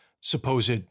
supposed